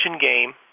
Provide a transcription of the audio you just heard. game